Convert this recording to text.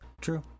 true